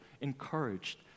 encouraged